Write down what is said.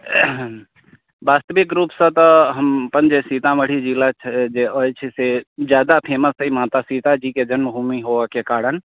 वास्तविक रूपसँ तऽ हम अपन जे सीतामढ़ी जिला जे अछि से ज्यादा फेमस अइ माता सीताजीके जन्म भूमि होबैके कारण